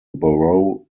borough